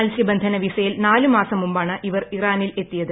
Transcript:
മത്സ്യബന്ധന വിസയിൽ നാലു മാസം മുമ്പാണ് ഇവർ ഇറാനിൽ എത്തിയത്